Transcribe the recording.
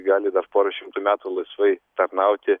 gali dar pora šimtų metų laisvai tarnauti